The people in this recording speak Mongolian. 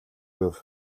гэв